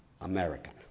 American